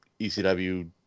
ECW